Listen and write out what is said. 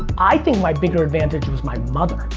i think my bigger advantage was my mother.